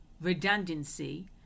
redundancy